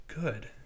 good